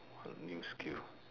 what new skill